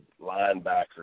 linebacker